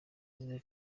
azize